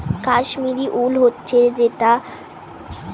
কাশ্মীরি উল হচ্ছে এক অতি মসৃন আর দামি জাতের উল যেটা পশমিনা থেকে বানানো হয়